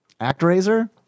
Actraiser